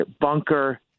bunker